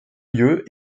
lieu